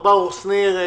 שניר.